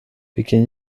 vilken